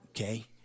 Okay